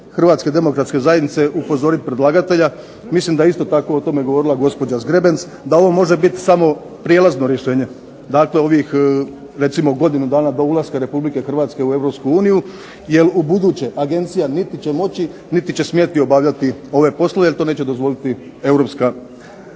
Hrvatske demokratske zajednice upozoriti predlagatelja, mislim da je isto tako o tome govorila gospođa Zgrebec, da ovo može biti samo prijelazno rješenje. Dakle, ovih recimo godinu dana do ulaska Republike Hrvatske u Europsku uniju, jer ubuduće Agencija niti će moći niti će smjeti obavljati ove poslove jer to neće dozvoliti Europska